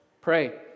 Pray